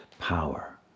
power